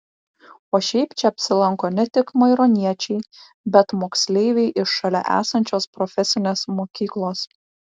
o šiaip čia apsilanko ne tik maironiečiai bet moksleiviai iš šalia esančios profesinės mokyklos